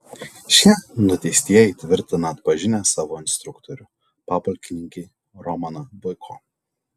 šie nuteistieji tvirtina atpažinę savo instruktorių papulkininkį romaną boiko